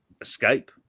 escape